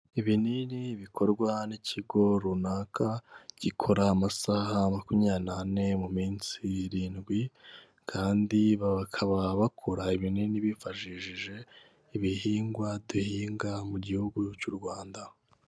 Ibinini bikorwa n'ikigo runaka, gikora amasaha makumyabiri n'ane mu minsi irindwi, kandi bakaba bakora ibinini bifashishije ibihingwa duhinga mu gihugu cy'u Rwanda.